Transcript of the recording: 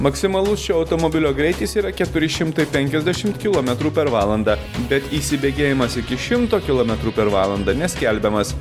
maksimalus šio automobilio greitis yra keturi šimtai penkiasdešim kilometrų per valandą bet įsibėgėjimas iki šimto kilometrų per valandą neskelbiamas